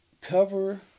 cover